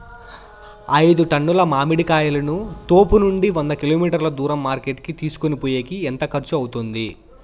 ఐదు టన్నుల మామిడి కాయలను తోపునుండి వంద కిలోమీటర్లు దూరం మార్కెట్ కి తీసుకొనిపోయేకి ఎంత ఖర్చు అవుతుంది?